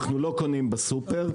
אנחנו לא קונים בסופר.